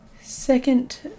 Second